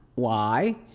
why?